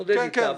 שנתמודד איתה.